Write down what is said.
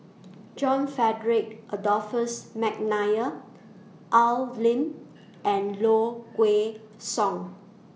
John Frederick Adolphus Mcnair Al Lim and Low Kway Song